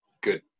good